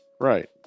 Right